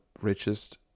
richest